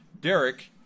Derek